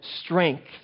strength